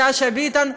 שאשא ביטון,